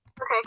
Okay